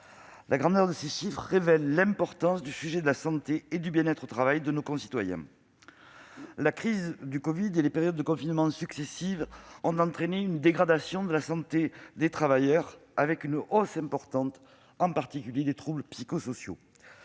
L'ampleur de ces chiffres révèle l'importance du sujet de la santé et du bien-être au travail de nos concitoyens. La crise du covid-19 et les périodes de confinement successives ont entraîné une dégradation de la santé des travailleurs, avec une hausse importante des troubles psychosociaux.